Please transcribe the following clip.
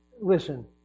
Listen